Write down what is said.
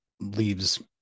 leaves